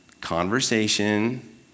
conversation